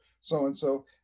so-and-so